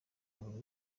buri